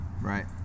right